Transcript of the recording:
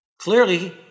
Clearly